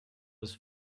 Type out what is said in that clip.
was